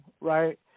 right